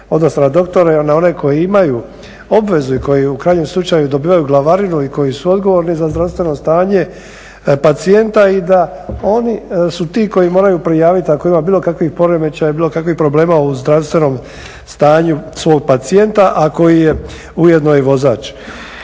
odnosno na doktore, na one koji imaju obvezu i koji u krajnjem slučaju dobivaju glavarinu i koji su odgovorni za zdravstveno stanje pacijenta i da oni su ti koji moraju prijaviti ako ima bilo kakvih poremećaja, bilo kakvih problema u zdravstvenom stanju svog pacijenta, a koji je ujedno i vozač.